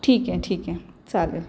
ठीक आहे ठीक आहे चालेल